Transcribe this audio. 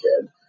kid